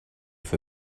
für